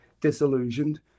disillusioned